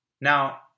Now